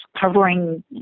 covering